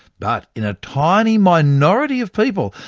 but in a tiny minority of people,